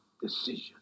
decision